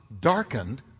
darkened